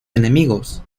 enemigos